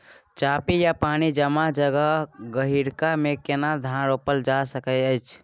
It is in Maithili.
चापि या पानी जमा जगह, गहिरका मे केना धान रोपल जा सकै अछि?